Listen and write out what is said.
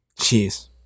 jeez